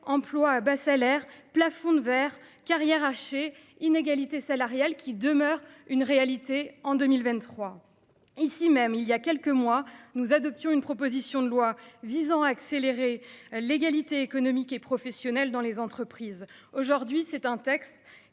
emplois à bas salaire plafond de verre carrières hachées inégalités salariales qui demeure une réalité en 2023. Ici même il y a quelques mois nous adoptions une proposition de loi visant à accélérer l'égalité économique et professionnelle dans les entreprises aujourd'hui, c'est un texte